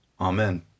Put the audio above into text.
Amen